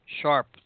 sharp